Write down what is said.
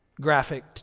Graphic